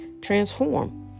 transform